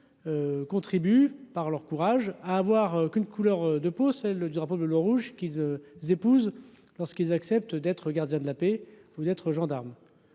contribuent par leur courage à avoir qu'une couleur de peau, c'est le drapeau bleu, le rouge qui épouse lorsqu'ils acceptent d'être gardien de la paix, vous être gendarme,